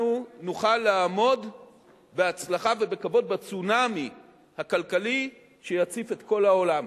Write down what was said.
אנחנו נוכל לעמוד בהצלחה ובכבוד בצונאמי הכלכלי שיציף את כל העולם.